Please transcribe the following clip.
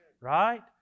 Right